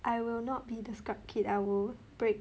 I will not be the scrub kid I will break